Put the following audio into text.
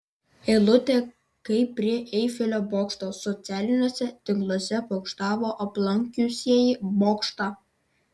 eilutė kaip prie eifelio bokšto socialiniuose tinkluose pokštavo aplankiusieji bokštą